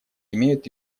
имеют